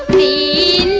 e